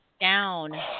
down